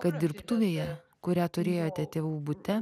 kad dirbtuvėje kurią turėjote tėvų bute